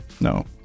No